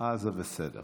אה, זה בסדר.